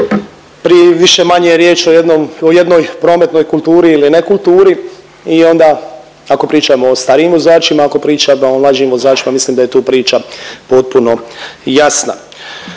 Prije više-manje je riječ o jednom, o jednoj prometnoj kulturi ili nekulturi i onda ako pričamo o starijim vozačima, ako pričamo o mlađim vozačima mislim da je tu priča potpuno jasna.